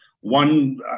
one